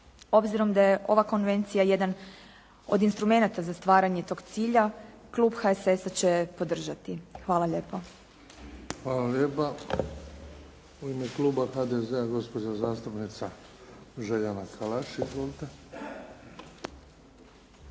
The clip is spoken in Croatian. Obzirom da je ova konvencija jedan od instrumenata za stvaranje tog cilja, klub HSS-a će je podržati. Hvala lijepo. **Bebić, Luka (HDZ)** Hvala lijepa. U ime kluba HDZ-a, gospođa zastupnica Željana Kalaš. Izvolite.